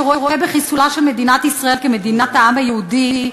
שרואה בחיסולה של מדינת ישראל כמדינת העם היהודי,